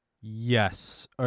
Yes